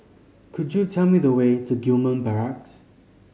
could you tell me the way to Gillman Barracks